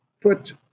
put